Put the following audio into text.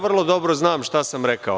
Vrlo dobro znam šta sam rekao.